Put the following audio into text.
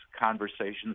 conversations